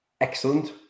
excellent